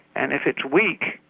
and if it's weak,